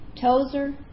Tozer